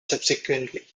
subsequently